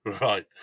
right